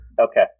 okay